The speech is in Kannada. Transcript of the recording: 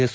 ಎಸ್